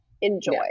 enjoy